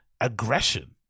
aggression